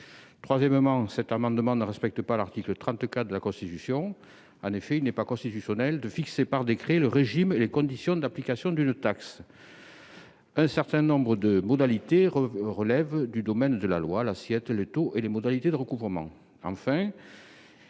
Troisièmement, ces amendements ne respectent pas l'article 34 de la Constitution. En effet, il n'est pas constitutionnel de fixer par décret le régime et les conditions de l'application d'une taxe. Un certain nombre de modalités relèvent du domaine de la loi : l'assiette, le taux et les modalités de recouvrement.